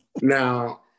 Now –